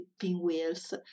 pinwheels